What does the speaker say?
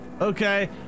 Okay